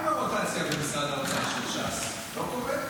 מה עם הרוטציה במשרד האוצר, של ש"ס, לא קורה?